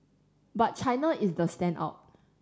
but China is the standout